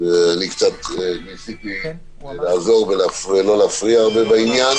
ואני קצת ניסיתי לעזור ולא להפריע הרבה בעניין.